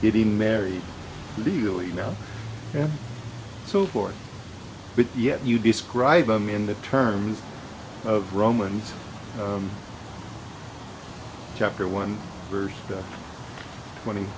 getting married legally now and so forth but yet you describe them in the terms of romans chapter one verse twenty